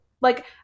Like-